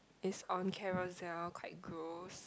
is on Carousell quite gross